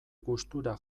gustura